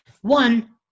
One